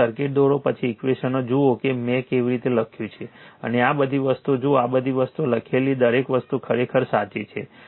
પહેલા સર્કિટ દોરો પછી ઈક્વેશનો જુઓ કે મેં કેવી રીતે લખ્યું છે અને આ બધી વસ્તુઓ જુઓ આ બધી વસ્તુઓ લખેલી દરેક વસ્તુ ખરેખર સાચી છે